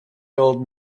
old